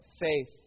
faith